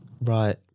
right